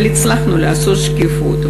אבל הצלחנו לעשות שקיפות.